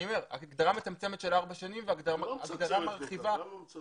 הגדרה מצמצמת של ארבע שנים והגדרה מרחיבה- -- היא לא מצמצמת כל כך.